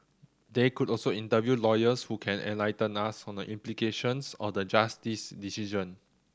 they could also interview lawyers who can enlighten us on the implications of the Justice's decision